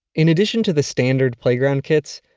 in addition to the standard playground kits,